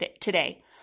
today